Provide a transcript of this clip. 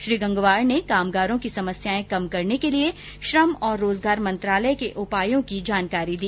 श्री गंगवार ने कामगारों की समस्यायें कम करने के लिए श्रम और रोजगार मंत्रालय के उपायों की जानकारी दी